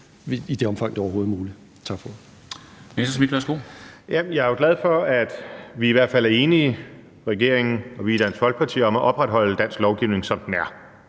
i det omfang, det overhovedet er muligt.